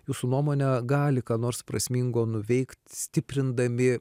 jūsų nuomone gali ką nors prasmingo nuveikt stiprindami